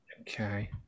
Okay